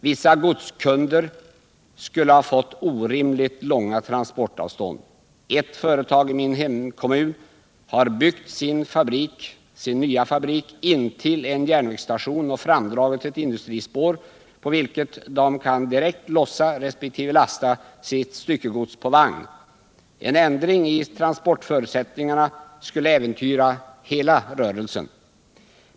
Vissa godskunder skulle ha fått orimligt långa transportavstånd. Ett företag i min hemkommun har byggt sin nya fabrik intill en järnvägsstation och framdragit ett industrispår, på vilket man kan lossa resp. lasta sitt styckegods på vagn. En ändring i transportförutsättningarna skulle äventyra hela rörelsen.